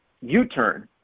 U-turn